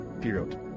period